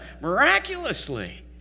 miraculously